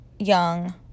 Young